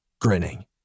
grinning